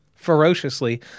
ferociously